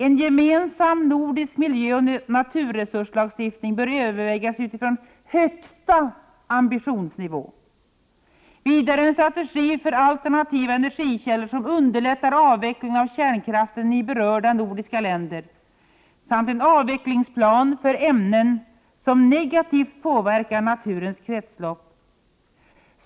En gemensam nordisk miljöoch naturresurslagstiftning bör övervägas utifrån högsta ambitionsnivå, vidare en strategi för alternativa energikällor som underlättar avvecklingen av kärnkraften i berörda nordiska länder samt en avvecklingsplan för ämnen som negativt påverkar naturens kretslopp.